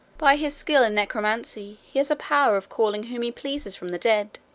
by his skill in necromancy he has a power of calling whom he pleases from the dead,